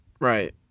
Right